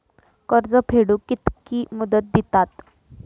कर्ज फेडूक कित्की मुदत दितात?